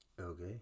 Okay